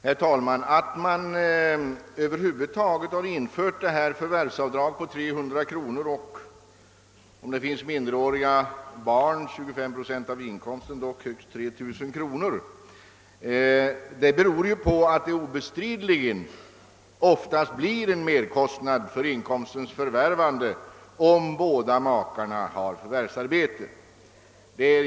Herr talman! Att man över huvud ta get har infört ett förvärvsavdrag på 300 kronor och, om det finns minderåriga barn, ett avdrag med 25 procent av inkomsten, dock högst 3 000 kronor, beror på att det obestridligen oftast blir en merkostnad för inkomstens förvärvande om båda makarna har förvärvsarbete.